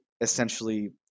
essentially